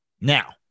Now